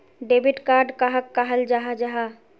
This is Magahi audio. डेबिट कार्ड कहाक कहाल जाहा जाहा?